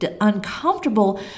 uncomfortable